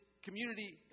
community